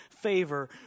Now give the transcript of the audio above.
favor